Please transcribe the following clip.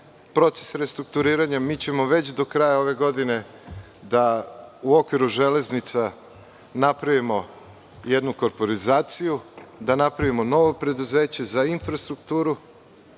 proces restrukturiranja. Mi ćemo već do kraja ove godine da u okviru Železnica napravimo jednu korporizaciju, da napravimo novo preduzeće za infrastrukturu,